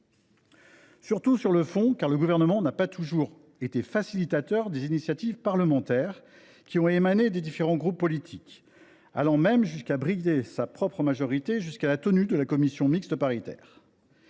surtout, sur le fond : le Gouvernement n’a pas toujours été facilitateur des initiatives parlementaires émanant des différents groupes politiques. Il a même bridé sa propre majorité jusqu’à la réunion de la commission mixte paritaire